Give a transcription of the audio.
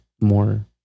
more